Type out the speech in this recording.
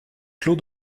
clos